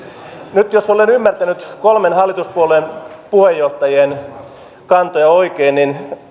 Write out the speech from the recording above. nyt jos olen olen ymmärtänyt kolmen hallituspuolueen puheenjohtajien kantoja oikein niin